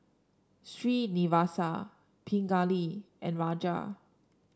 Srinivasa Pingali and Raja